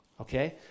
Okay